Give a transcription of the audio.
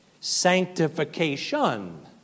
sanctification